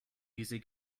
easy